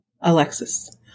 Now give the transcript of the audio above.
Alexis